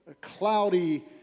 cloudy